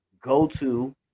go-to